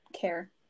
care